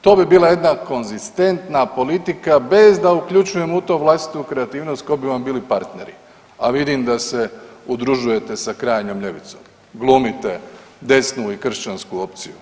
To bi bila jedna konzistentna politika bez da uključujemo u to vlastitu kreativnost tko bi vam bili partneri, a vidim da se udružujete sa krajnjom ljevicom, glumite desnu i kršćansku opciju.